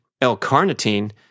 L-carnitine